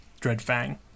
Dreadfang